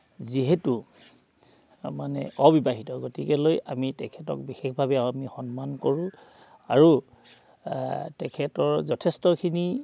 যিহেতু মানে অবিবাহিত গতিকেলৈ আমি তেখেতক বিশেষভাৱে আমি সন্মান কৰোঁ আৰু তেখেতৰ যথেষ্টখিনি